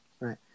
Right